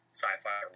sci-fi